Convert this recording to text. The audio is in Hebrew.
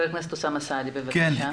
חבר הכנסת אוסאמה סעדי, בבקשה.